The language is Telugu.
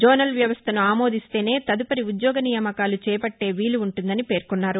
జోనల్ వ్యవస్దను ఆమోదిస్తేనే తదుపరి ఉద్యోగ నియామకాలు చేపట్టే వీలు ఉంటుందని పేర్కొన్నారు